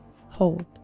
hold